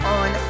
on